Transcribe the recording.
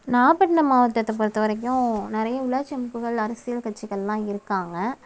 நாகப்பட்டினம் மாவட்டத்தை பொறுத்தவரைக்கும் நிறைய உள்ளாட்சி அமைப்புகள் அரசியல் கட்சிகள்லாம் இருக்காங்க